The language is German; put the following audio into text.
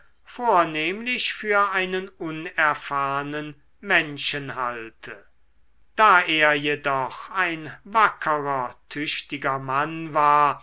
vornehmlich für einen unerfahrnen menschen halte da er jedoch ein wackerer tüchtiger mann war